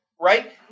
Right